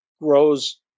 grows